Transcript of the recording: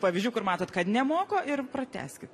pavyzdžių kur matot kad nemoko ir pratęskit